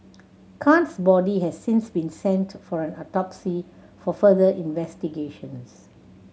khan's body has since been sent for an autopsy for further investigations